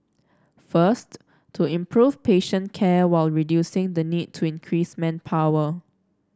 first to improve patient care while reducing the need to increase manpower